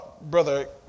Brother